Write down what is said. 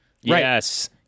Yes